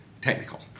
technical